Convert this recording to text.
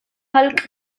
hulk